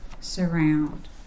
surround